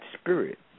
spirit